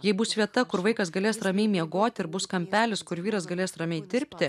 jei bus vieta kur vaikas galės ramiai miegoti ir bus kampelis kur vyras galės ramiai dirbti